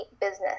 business